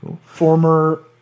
Former